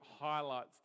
highlights